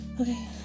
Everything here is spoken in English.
Okay